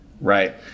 Right